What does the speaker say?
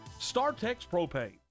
StarTexPropane